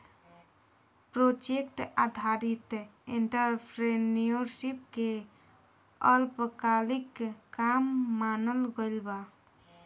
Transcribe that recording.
project आधारित entrepreneurship के अल्पकालिक काम मानल गइल बा